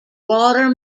water